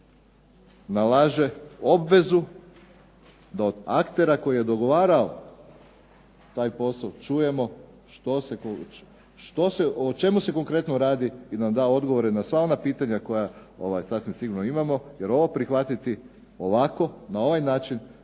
nalaže obvezu da od aktera koji je dogovarao taj posao čujemo što se …/Ne razumije se./…, što se, o čemu se konkretno radi i da nam da odgovore na sva ona pitanja koja sasvim sigurno imamo, jer ovo prihvatiti ovako na ovaj način